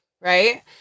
right